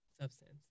substance